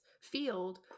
field